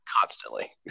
constantly